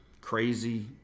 crazy